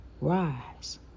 rise